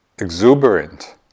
exuberant